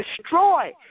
destroy